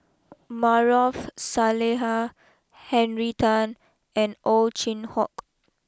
Maarof Salleh Henry Tan and Ow Chin Hock